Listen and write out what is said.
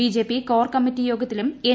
BJP core committee യോഗത്തിലും N